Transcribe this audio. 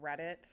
Reddit